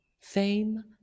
fame